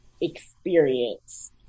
experience